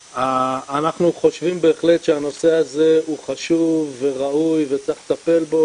אנחנו חושבים בהחלט שהנושא הזה הוא חשוב וראוי וצריך לטפל בו